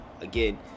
again